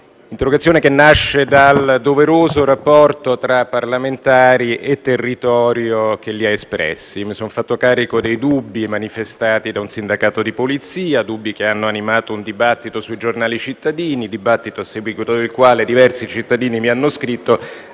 un'interrogazione che nasce dal doveroso rapporto tra parlamentari e territorio che li ha espressi. Mi sono fatto carico dei dubbi manifestati da un sindacato di Polizia, dubbi che hanno animato un dibattito sui giornali cittadini, a seguito del quale diversi cittadini mi hanno scritto